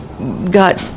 got